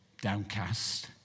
downcast